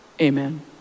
Amen